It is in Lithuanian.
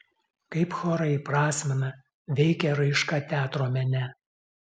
kaip chorą įprasmina veikia raiška teatro mene